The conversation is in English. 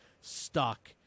stuck